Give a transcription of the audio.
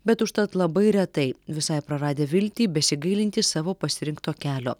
bet užtat labai retai visai praradę viltį besigailintys savo pasirinkto kelio